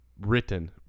written